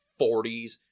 40s